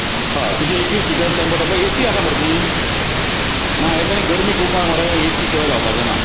हय तुजी एकवीस सिटर टेंपो एसी आसा मरे ती ना ह्या दिसांनी गरमी खूब आसा मरे एसी शिवाय जावपाचे ना